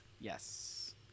Yes